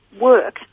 work